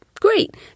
great